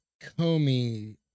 Comey